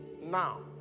Now